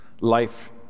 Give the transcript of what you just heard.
life